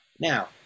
Now